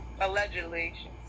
Allegedly